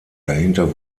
dahinter